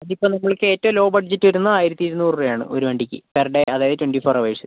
ഇപ്പം നമുക്ക് ഏറ്റവും ലോ ബഡ്ജറ്റ് വരുന്നത് ആയിരത്തി ഇരുന്നൂറു രൂപയാണ് ഒരു വണ്ടിക്ക് പെര് ഡേ അതായത് ട്വന്റി ഫോര് ഹവേര്സ്